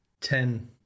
ten